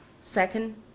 second